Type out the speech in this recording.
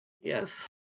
Yes